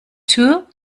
too